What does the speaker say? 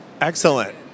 excellent